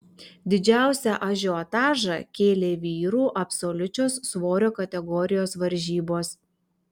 didžiausią ažiotažą kėlė vyrų absoliučios svorio kategorijos varžybos